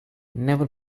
never